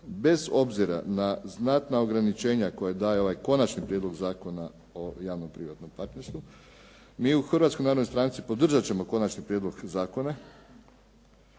bez obzira na znatna ograničenja koja daje ovaj konačni prijedlog zakona o javno-privatnom partnerstvu, mi u Hrvatskoj narodnoj stranci podržati ćemo konačni prijedlog zakona